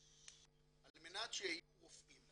על מנת שיהיו רופאים.